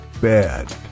bad